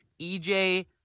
EJ